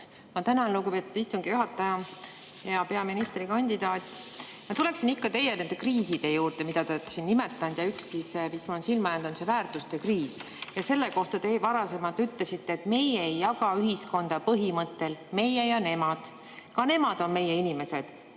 Ma tänan, lugupeetud istungi juhataja! Hea peaministrikandidaat! Ma tuleksin ikkagi nende kriiside juurde, mida te siin olete nimetanud. Üks, mis mulle on silma jäänud, on väärtuste kriis. Selle kohta te varasemalt ütlesite, et meie ei jaga ühiskonda põhimõttel "meie ja nemad", ka nemad on meie inimesed,